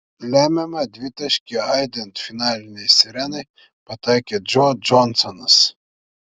lemiamą dvitaškį aidint finalinei sirenai pataikė džo džonsonas